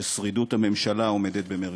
ששרידות הממשלה עומדת במרכזו.